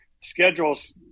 schedule's